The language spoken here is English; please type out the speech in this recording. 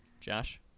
Josh